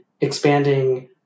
expanding